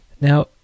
Now